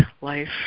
Life